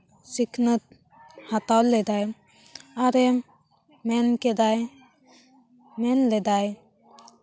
ᱥᱤᱠᱷᱱᱟᱹᱛ ᱦᱟᱛᱟᱣ ᱞᱮᱫᱟᱭ ᱟᱨᱮ ᱢᱮᱱ ᱠᱮᱫᱟᱭ ᱢᱮᱱ ᱞᱮᱫᱟᱭ